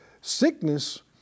Sickness